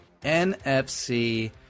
NFC